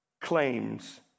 claims